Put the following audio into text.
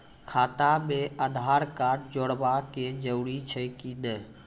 खाता म आधार कार्ड जोड़वा के जरूरी छै कि नैय?